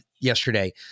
yesterday